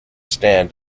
stand